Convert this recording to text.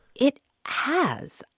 it has.